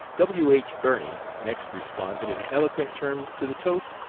w. h. birney next responded in eloquent terms to the toast,